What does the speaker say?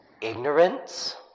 Ignorance